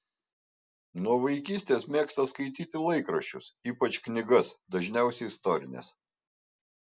nuo vaikystės mėgsta skaityti laikraščius ypač knygas dažniausiai istorines